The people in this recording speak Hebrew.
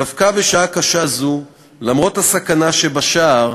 דווקא בשעה קשה זו, למרות הסכנה שבשער,